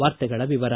ವಾರ್ತೆಗಳ ವಿವರ